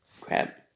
crap